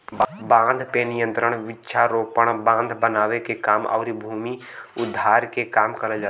बाढ़ पे नियंत्रण वृक्षारोपण, बांध बनावे के काम आउर भूमि उद्धार के काम करल जाला